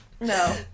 no